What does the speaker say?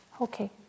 Okay